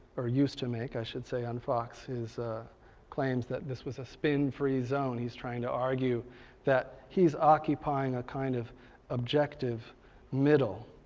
or used to make i should say, on fox, his claims that this was a spin-free zone. he's trying to argue that he's occupying a kind of objective middle.